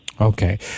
Okay